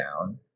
down